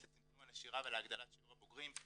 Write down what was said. לצמצום הנשירה והגדלת שיעור הבוגרים.